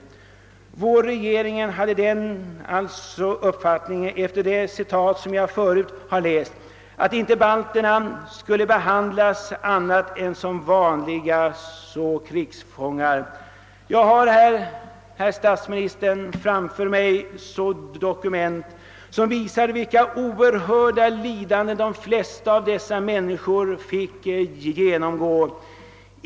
Vår regering hade alltså den uppfattningen, efter det citat som jag förut har läst, att balterna inte skulle behandlas annat än som vanliga krigsfångar. Jag har här, herr statsminister, framför mig dokument som visar vilka oerhörda lidanden de flesta av dessa människor fick genomgå.